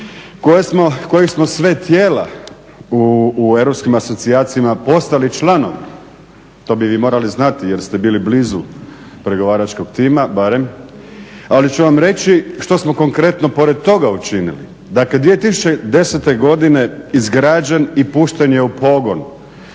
kojih smo sve tijela u europskim asocijacijama postali članovi, to bi vi morali znati jer ste bili blizu pregovaračkog tima barem, ali ću vam reći što smo konkretno pored toga učinili. Dakle 2010. godine izgrađen i pušten je u pogon